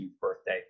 birthday